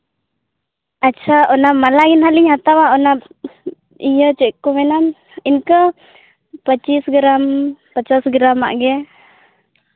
ᱟᱪᱪᱷᱟ ᱚᱱᱟ ᱢᱟᱞᱟ ᱜᱮᱦᱟᱸᱜ ᱞᱤᱧ ᱦᱟᱛᱟᱣᱟ ᱚᱱᱟ ᱤᱭᱟᱹ ᱪᱮᱫ ᱠᱚ ᱢᱮᱱᱟ ᱤᱱᱠᱟᱹ ᱯᱚᱸᱪᱤᱥ ᱜᱨᱟᱢ ᱯᱚᱪᱟᱥ ᱜᱨᱟᱢᱟᱜ ᱜᱮ